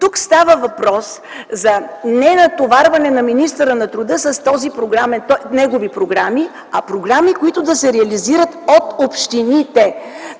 Тук става въпрос за ненатоварване на министъра на труда и социалната политика с негови програми, а програми, които да се реализират от общините.